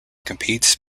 competes